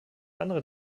andere